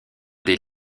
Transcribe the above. des